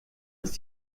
ist